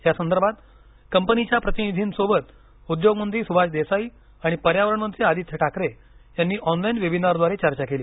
या संदर्भात कंपनीच्या प्रतिनिधींसोबत उद्योगमंत्री सुभाष देसाई आणि पर्यावरण मंत्री आदित्य ठाकरे यांनी ऑनलाईन वेबिनारद्वारे चर्चा केली